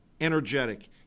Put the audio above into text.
energetic